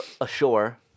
ashore